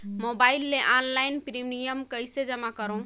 Mobile ले online premium कइसे जमा करों?